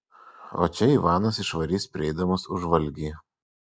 o čia ivanas išvarys prieidamas už valgį